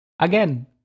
Again